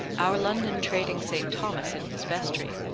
our london trading st. thomas in his vestry,